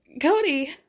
Cody